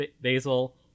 Basil